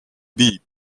beep